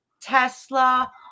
Tesla